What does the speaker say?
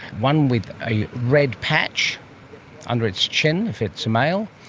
one with a red patch under its chin if it's a male,